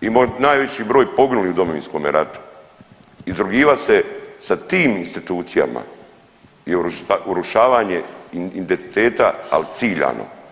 i najveći broj poginulih u Domovinskome ratu, izrugivat se sa tim institucijama je urušavanje identiteta ali ciljano.